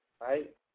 right